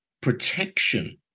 protection